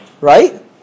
right